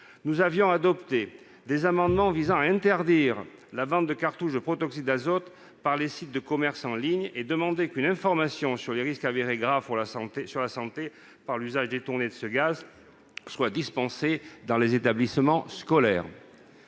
Nous avions adopté des amendements visant à interdire la vente de cartouches de protoxyde d'azote par les sites de commerce en ligne et demandé qu'une information sur les risques avérés graves sur la santé par l'usage détourné de ce gaz soit dispensée dans les établissements scolaires.